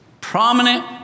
prominent